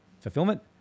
fulfillment